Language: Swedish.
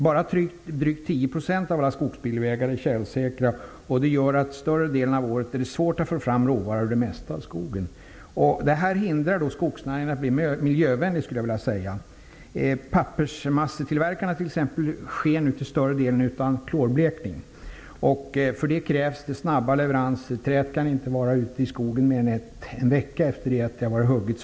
Bara drygt 10 % av alla skogsbilvägar är tjälsäkra, vilket gör att det under större delen av året är svårt att få fram råvaror ur det mesta av skogen. Detta hindrar en miljövänlig skogsnäring. Pappersmassetillverkning sker numera till stor del utan klorblekning. För detta krävs det snabba leveranser. Träden kan inte ligga ute i skogen i mera än en vecka efter att de har fällts.